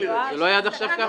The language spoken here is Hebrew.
זה לא היה עד עכשיו ככה?